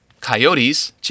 coyotes